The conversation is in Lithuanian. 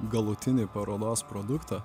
galutinį parodos produktą